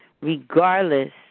regardless